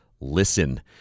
Listen